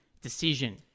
decision